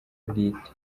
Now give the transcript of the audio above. bwite